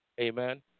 Amen